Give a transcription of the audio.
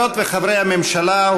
חברות וחברי הממשלה,